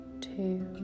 two